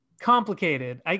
complicated